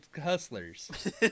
hustlers